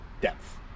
depth